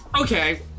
okay